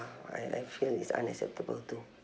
I I feel it's unacceptable too